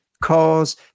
cause